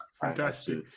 fantastic